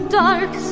dark